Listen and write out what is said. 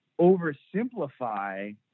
oversimplify